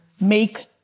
make